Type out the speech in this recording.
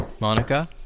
Monica